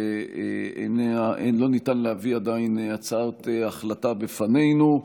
לא ניתן להביא עדיין הצעת החלטה בפנינו.